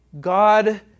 God